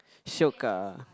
shiok ah